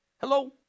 Hello